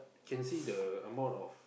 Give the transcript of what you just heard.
can see the amount of